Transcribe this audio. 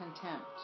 contempt